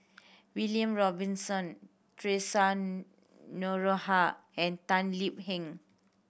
William Robinson Theresa Noronha and Tan Lip Heng